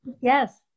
Yes